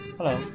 Hello